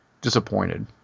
disappointed